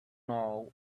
know